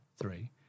three